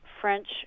French